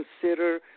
consider